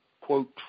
quote